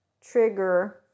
trigger